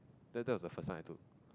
then that was the first one I took